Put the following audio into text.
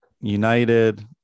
United